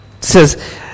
says